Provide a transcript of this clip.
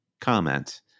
comment